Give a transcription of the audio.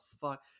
fuck